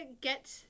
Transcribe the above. get